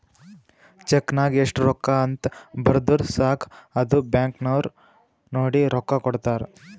check ನಾಗ್ ಎಸ್ಟ್ ರೊಕ್ಕಾ ಅಂತ್ ಬರ್ದುರ್ ಸಾಕ ಅದು ಬ್ಯಾಂಕ್ ನವ್ರು ನೋಡಿ ರೊಕ್ಕಾ ಕೊಡ್ತಾರ್